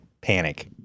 panic